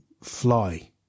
fly